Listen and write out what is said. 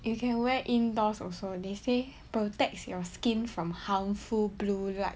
you can wear indoors also they say protects your skin from harmful blue light